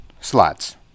slots